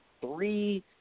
three